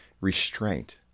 restraint